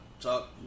talk